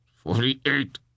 Forty-eight